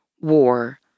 war